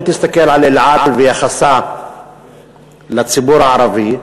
אם תסתכל על "אל על" ויחסה לציבור הערבי,